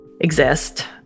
exist